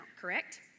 correct